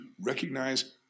recognize